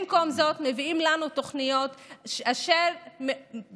במקום זאת מביאים לנו תוכניות אשר תפורות